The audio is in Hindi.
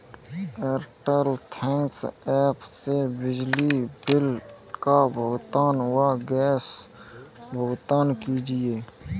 एयरटेल थैंक्स एप से बिजली बिल का भुगतान व गैस भुगतान कीजिए